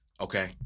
Okay